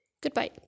Goodbye